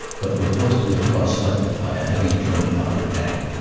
but were forced to vithdraw slightly by a heavy german counter attack.